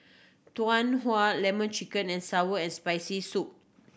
Tau Huay Lemon Chicken and sour and Spicy Soup